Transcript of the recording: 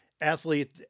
athlete